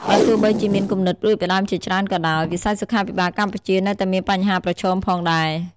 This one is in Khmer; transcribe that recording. បើទោះបីជាមានគំនិតផ្តួចផ្តើមជាច្រើនក៏ដោយ វិស័យសុខាភិបាលកម្ពុជានៅតែមានបញ្ហាប្រឈមផងដែរ។